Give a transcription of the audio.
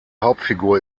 hauptfigur